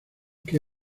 que